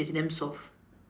is damn soft